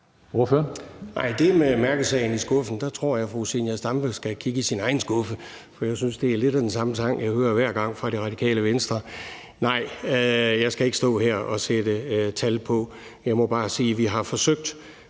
det med mærkesagen i skuffen tror jeg, fru Zenia Stampe skal kigge i sin egen skuffe, for jeg synes, det er lidt den samme sang, jeg hører hver gang fra Radikale Venstre. Nej, jeg skal ikke stå her og sætte tal på det. Jeg må bare sige, at vi har forsøgt